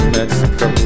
Mexico